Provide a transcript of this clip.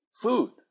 food